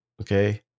Okay